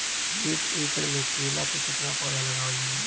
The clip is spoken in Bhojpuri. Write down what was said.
एक एकड़ में केला के कितना पौधा लगावल जाला?